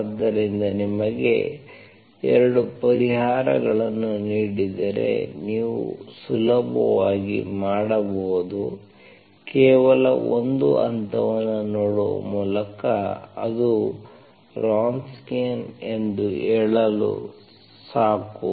ಆದ್ದರಿಂದ ನಿಮಗೆ ಎರಡು ಪರಿಹಾರಗಳನ್ನು ನೀಡಿದರೆ ನೀವು ಸುಲಭವಾಗಿ ಮಾಡಬಹುದು ಕೇವಲ ಒಂದು ಹಂತವನ್ನು ನೋಡುವ ಮೂಲಕ ಅದು ವ್ರೊನ್ಸ್ಕಿಯನ್ ಎಂದು ಹೇಳಲು ಸಾಕು